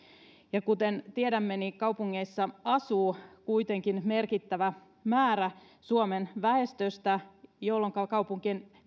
kuten tiedämme niin kaupungeissa asuu kuitenkin merkittävä määrä suomen väestöstä jolloinka kaupunkien